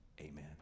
amen